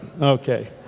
Okay